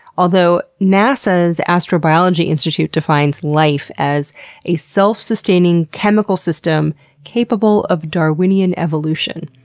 although nasa's astrobiology institute defines life as a self-sustaining chemical system capable of darwinian evolution.